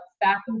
back